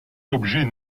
objets